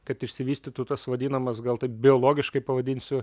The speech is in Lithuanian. kad išsivystytų tas vadinamas gal taip biologiškai pavadinsiu